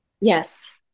Yes